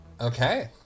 Okay